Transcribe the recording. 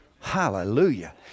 Hallelujah